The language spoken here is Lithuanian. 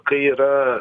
kai yra